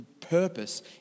purpose